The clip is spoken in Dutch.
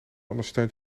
ondersteunt